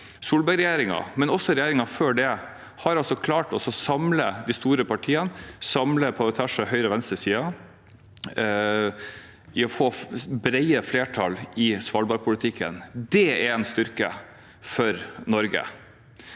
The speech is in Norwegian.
Solberg-regjeringen, men også regjeringen før den, har klart å samle de store partiene – på tvers av høyre- og venstresiden – i brede flertall i svalbardpolitikken. Det er en styrke for Norge.